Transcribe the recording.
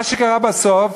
מה שקרה בסוף,